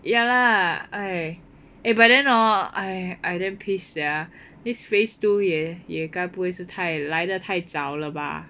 ya lah !hais! but then hor I damn pissed sia this phase two 也该不会是太来得太早了吧